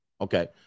okay